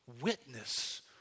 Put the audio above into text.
witness